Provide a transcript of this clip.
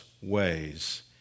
ways